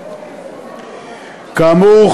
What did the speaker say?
כאמור,